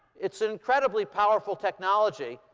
it's an incredibly powerful technology.